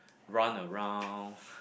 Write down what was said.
run around